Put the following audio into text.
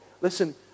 Listen